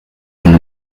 von